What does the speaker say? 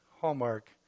hallmark